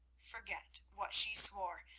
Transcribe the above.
forget what she swore.